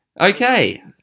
Okay